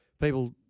people –